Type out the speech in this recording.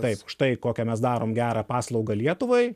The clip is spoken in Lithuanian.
taip štai kokią mes darom gerą paslaugą lietuvai